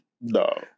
No